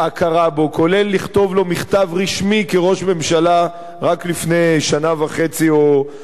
כולל לכתוב לו מכתב רשמי כראש ממשלה רק לפני שנה וחצי או שנתיים,